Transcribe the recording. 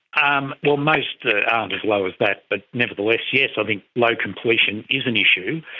um well, most aren't as low as that, but nevertheless yes, i think low completion is an issue.